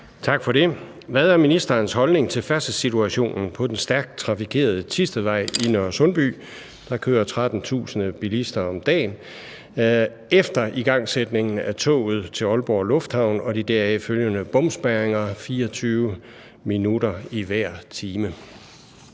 Tak for det. Hvad er ministerens holdning til færdselssituationen på den stærkt trafikerede Thistedvej i Nørresundby – der kører 13.000 billister om dagen – efter igangsætning af toget til Aalborg Lufthavn og de deraf følgende bomspærringer 24 minutter i hver time?